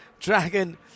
Dragon